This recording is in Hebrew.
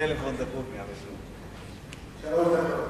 שלוש דקות.